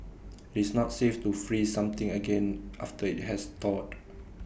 it's not safe to freeze something again after IT has thawed